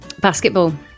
Basketball